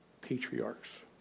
patriarchs